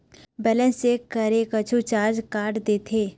Balance check करें कुछू charge काट देथे?